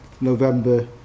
November